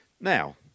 Now